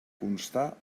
constar